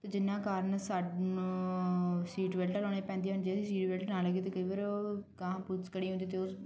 ਅਤੇ ਜਿੰਨਾ ਕਾਰਣ ਸਾਨੂੰ ਸੀਟ ਬੈਲਟ ਲਾਉਣੀ ਪੈਂਦੀਆਂ ਜੇ ਅਸੀਂ ਸੀਟ ਬੈਲਟ ਨਾ ਲਾਈਏ ਤਾਂ ਕਈ ਵਾਰ ਅਗਾਂਹ ਪੁਲਸ ਖੜੀ ਹੁੰਦੀ ਅਤੇ ਉਸ